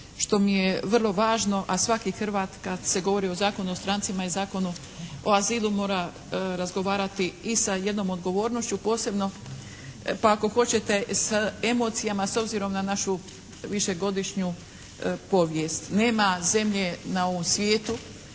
što mi je vrlo važno, a svaki Hrvat kad se govori o Zakonu o strancima i Zakonu o azilu mora razgovarati i sa jednom odgovornošću, posebno pa ako hoćete s emocijama s obzirom na našu višegodišnju povijest. Nema zemlje na ovom svijetu